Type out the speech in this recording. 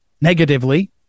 negatively